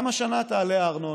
גם השנה תעלה הארנונה.